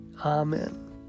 Amen